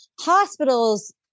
hospitals